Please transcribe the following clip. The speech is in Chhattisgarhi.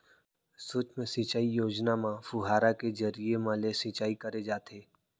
सुक्ष्म सिंचई योजना म फुहारा के जरिए म ले सिंचई करे जाथे